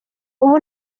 ubu